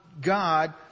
God